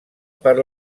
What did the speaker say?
per